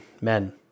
men